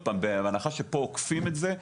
בהנחה שפה אוכפים את זה,